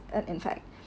and in fact